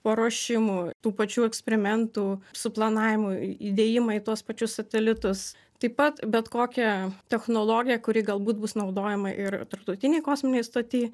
paruošimu tų pačių eksperimentų suplanavimu į įdėjimą į tuos pačius satelitus taip pat bet kokia technologija kuri galbūt bus naudojama ir tarptautinėj kosminėj stoty